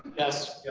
yes.